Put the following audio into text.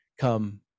come